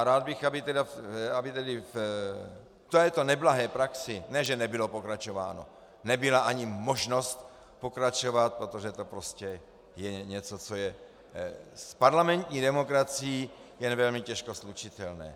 Rád bych, aby v této neblahé praxi ne že nebylo pokračováno, nebyla ani možnost pokračovat, protože to prostě je něco, co je s parlamentní demokracií jen velmi těžko slučitelné.